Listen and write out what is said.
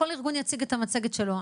כל ארגון יציג את המצגת שלו.